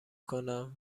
کنم